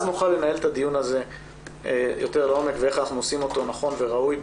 אז נוכל לנהל את הדיון הזה יותר לעומק ולעשות אותו יותר נכון וראוי.